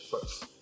first